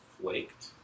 flaked